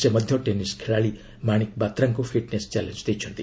ସେ ମଧ୍ୟ ଟେନିସ ଖେଳାଳି ମାଣିକ ବାତ୍ରାଙ୍କୁ ଫିଟ୍ନେସ୍ ଚ୍ୟାଲେଞ୍ଜ ଦେଇଛନ୍ତି